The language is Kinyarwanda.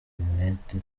interineti